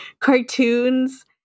cartoons